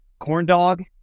Corndog